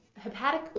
hepatic